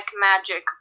magic